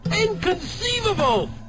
Inconceivable